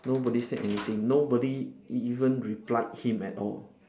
nobody said anything nobody e~ even replied him at all